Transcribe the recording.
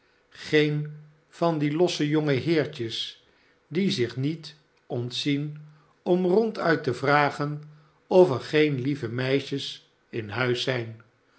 geen van die losse jonge heertjes die zich niet ontzien om ronduit te vragen of er geen lieve meisjes in huis zijn